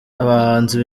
abahanzi